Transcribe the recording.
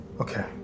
Okay